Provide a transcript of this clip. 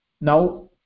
now